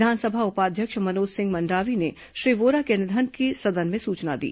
विधानसभा उपाध्यक्ष मनोज सिंह मंडावी ने श्री वोरा के निधन की सदन में सुचना दी